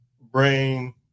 brain